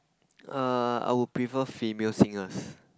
err I would prefer female singers